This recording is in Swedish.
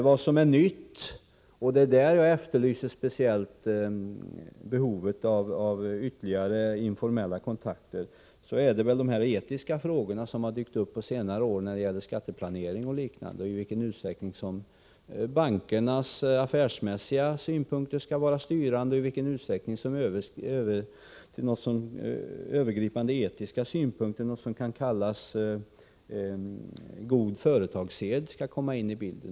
Vad som är nytt är de etiska frågor som har dykt upp på senare år i anslutning till skatteplanering och liknande, och det är där jag har efterlyst ytterligare informella kontakter. I sådana sammanhang kan ju diskuteras i vilken usträckning bankernas affärsmässiga synpunkter skall vara styrande och i vilken usträckning övergripande etiska synpunkter — det som kallas god företagssed — skall komma in i bilden.